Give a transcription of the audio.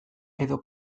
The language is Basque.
edo